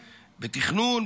בתכנון,